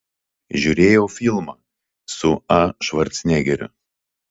žiūrėjau filmą su a švarcnegeriu